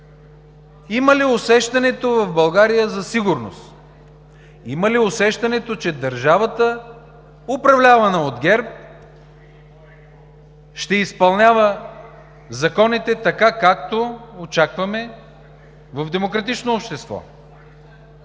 Има ли усещането в България за сигурност? Има ли усещането, че държавата, управлявана от ГЕРБ, ще изпълнява законите, така както очакваме – като в демократично общество?